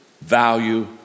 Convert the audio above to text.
value